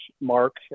mark